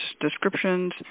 descriptions